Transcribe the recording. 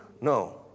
No